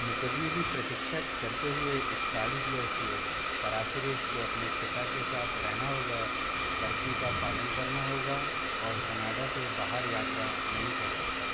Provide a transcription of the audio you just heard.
मुक़दमे की प्रतीक्षा करते हुए इकतालीस वर्षीय पारासिरिस को अपने पिता के साथ रहना होगा कर्फ़्यू का पालन करना होगा और कनाडा से बाहर यात्रा नहीं कर सकता